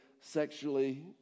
sexually